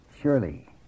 Surely